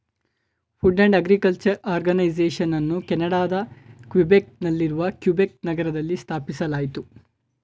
food and agriculture ಆರ್ಗನೈಸೇಷನನ್ನು ಕೆನಡಾದ Quebec ನಲ್ಲಿರುವ ಕ್ಯುಬೆಕ್ ನಗರದಲ್ಲಿ ಸ್ಥಾಪಿಸಲಾಯಿತು